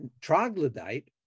troglodyte